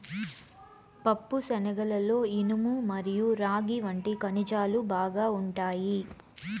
పప్పుశనగలలో ఇనుము మరియు రాగి వంటి ఖనిజాలు బాగా ఉంటాయి